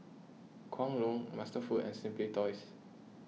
Kwan Loong MasterFoods and Simply Toys